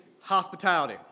hospitality